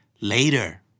later